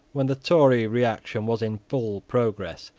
when the tory reaction was in full progress,